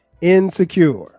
insecure